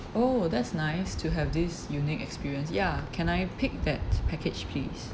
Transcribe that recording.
oh that's nice to have this unique experience ya can I pick that package please